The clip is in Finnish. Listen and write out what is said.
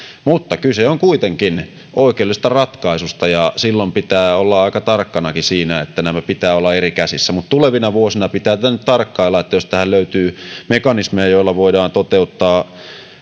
mutta kyse on kuitenkin oikeudellisesta ratkaisusta ja silloin pitää olla aika tarkkanakin siinä että näiden pitää olla eri käsissä mutta tulevina vuosina pitää tätä nyt tarkkailla ja jos tähän löytyy mekanismeja joilla voidaan toteuttaa